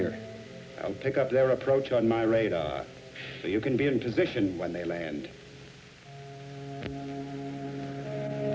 here i'll take up their approach on my radar you can be in position when they land